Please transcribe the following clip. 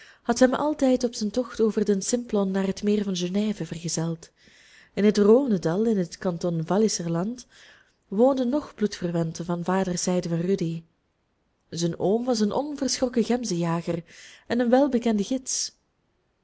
had hem altijd op zijn tocht over den simplon naar het meer van genève vergezeld in het rhônedal in het kanton walliserland woonden nog bloedverwanten van vaderszijde van rudy zijn oom was een onverschrokken gemzenjager en een welbekende gids